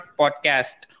podcast